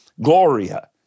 Gloria